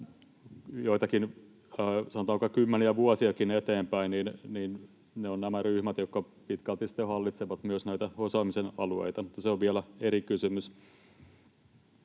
joitakin, sanotaan kymmeniä vuosiakin eteenpäin, niin ne ovat nämä ryhmät, jotka pitkälti sitten myös hallitsevat näitä osaamisen alueita. Mutta se on vielä eri kysymys.